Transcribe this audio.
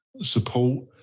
support